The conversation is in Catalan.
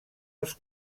els